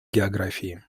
географии